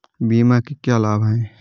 बीमा के क्या लाभ हैं?